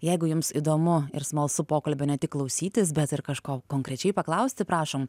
jeigu jums įdomu ir smalsu pokalbio ne tik klausytis bet ir kažko konkrečiai paklausti prašom